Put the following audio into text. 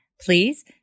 Please